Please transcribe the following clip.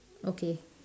okay